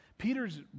Peter's